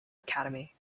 academy